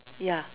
ya